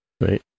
right